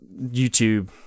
YouTube